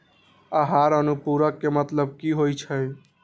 आहार अनुपूरक के मतलब की होइ छई?